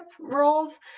roles